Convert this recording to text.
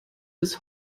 bis